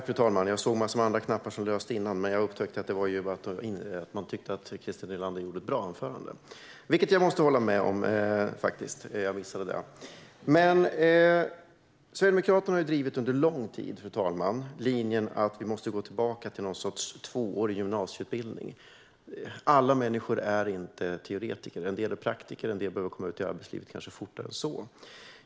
Fru talman! Jag såg andra lampor som lyste men upptäckte att det var för att man tyckte att Christer Nylander gjorde ett bra anförande, vilket jag faktiskt måste hålla med om. Jag missade att instämma. Sverigedemokraterna har under lång tid drivit linjen att vi måste gå tillbaka till någon sorts tvåårig gymnasieutbildning. Alla människor är inte teoretiker. En del är praktiker; en del behöver komma ut i arbetslivet snabbare.